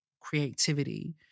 creativity